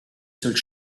seule